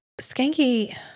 Skanky